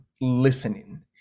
listening